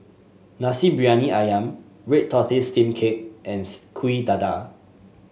Nasi Briyani ayam Red Tortoise Steamed Cake and Kuih Dadar